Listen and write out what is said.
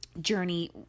journey